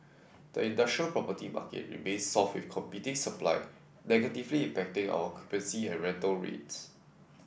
the industrial property market remains soft with competing supply negatively impacting our occupancy and rental rates